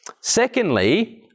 Secondly